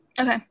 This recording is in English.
Okay